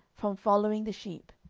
from following the sheep,